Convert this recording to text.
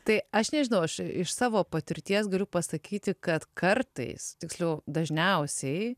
tai aš nežinau aš iš savo patirties galiu pasakyti kad kartais tiksliau dažniausiai